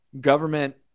government